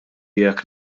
jekk